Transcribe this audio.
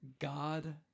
God